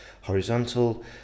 horizontal